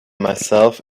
myself